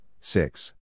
six